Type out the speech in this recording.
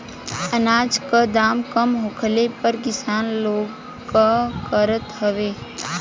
अनाज क दाम कम होखले पर किसान लोग का करत हवे?